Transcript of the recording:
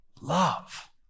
love